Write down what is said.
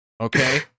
Okay